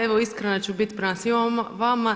Evo iskrena ću bit prema svima vama.